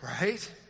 right